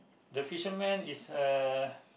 the fisherman is uh